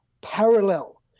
parallel